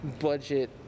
Budget